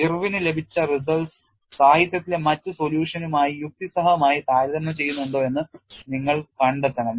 ഇർവിന് ലഭിച്ച results സാഹിത്യത്തിലെ മറ്റ് solution നുമായി യുക്തിസഹമായി താരതമ്യം ചെയ്യുന്നുണ്ടോ എന്ന് നിങ്ങൾ കണ്ടെത്തണം